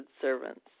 servants